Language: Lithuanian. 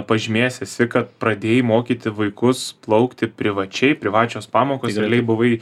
pažymėjęs esi kad pradėjai mokyti vaikus plaukti privačiai privačios pamokos realiai buvai